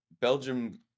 Belgium